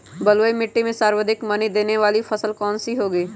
बलुई मिट्टी में सर्वाधिक मनी देने वाली फसल कौन सी होंगी?